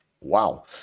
Wow